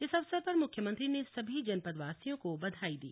इस अवसर पर मुख्यमंत्री ने सभी जनपदवासियों को बधाई दी